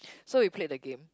so we played the game